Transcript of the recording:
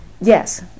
Yes